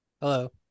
Hello